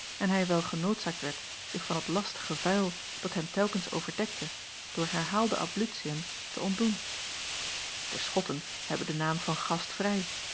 en hij wel genoodzaakt werd zich van het lastige vuil dat hem telkens overdekte door herhaalde àblutiën te ontdoen de schotten hebben den naam van gastvrij